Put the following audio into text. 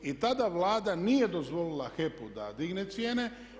I tada Vlada nije dozvolila HEP-u da digne cijene.